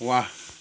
वाह